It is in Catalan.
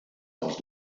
dels